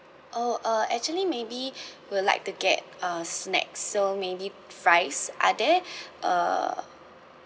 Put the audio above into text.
oh uh actually maybe will like to get a snacks so maybe fries are there uh